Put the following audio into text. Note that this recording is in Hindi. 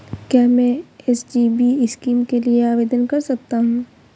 क्या मैं एस.जी.बी स्कीम के लिए आवेदन कर सकता हूँ?